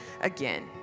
again